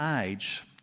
age